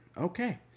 Okay